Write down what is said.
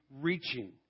reaching